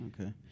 Okay